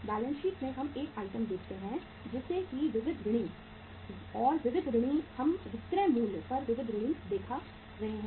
balance sheet में हम 1 item दिखाते हैं जैसे कि विविध ऋणी और विविध ऋणी हम विक्रय मूल्य पर विविध ऋणी दिखा रहे हैं